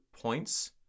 points